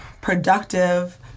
productive